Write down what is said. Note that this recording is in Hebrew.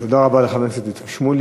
תודה רבה לחבר הכנסת שמולי.